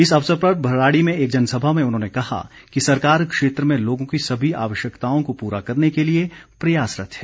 इस अवसर पर भराड़ी में एक जनसभा में उन्होंने कहा कि सरकार क्षेत्र में लोगों की सभी आवश्यकताओं को पूरा करने के लिए प्रयासरत है